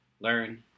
learn